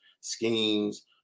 schemes